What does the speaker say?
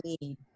need